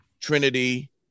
Trinity